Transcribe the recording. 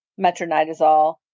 metronidazole